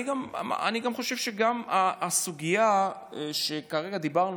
אני גם חושב שגם הסוגיה שכרגע דיברנו,